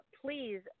please